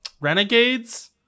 Renegades